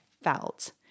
felt